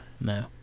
No